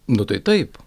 nu tai taip